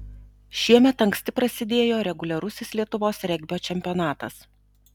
šiemet anksti prasidėjo reguliarusis lietuvos regbio čempionatas